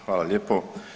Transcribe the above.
Hvala lijepo.